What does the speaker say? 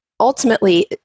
ultimately